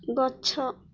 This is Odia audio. ଗଛ